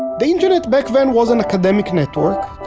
the internet back then was an academic network.